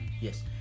yes